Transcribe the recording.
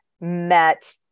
met